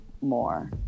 more